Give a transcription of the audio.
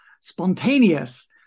spontaneous